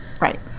Right